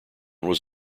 was